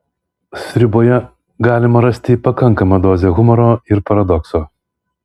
sriuboje galima rasti pakankamą dozę humoro ir paradokso